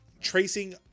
tracing